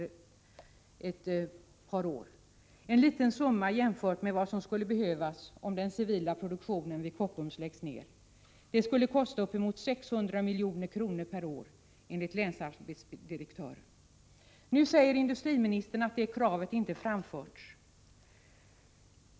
Det är en liten summa jämfört med vad som skulle behövas om den civila produktionen vid Kockums läggs ned. Det skulle kosta upp mot 600 milj.kr. per år enligt länsarbetsdirektören. Nu säger industriministern att detta krav inte har framförts.